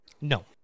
No